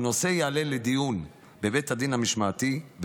הנושא יעלה לדיון בבית הדין המשמעתי,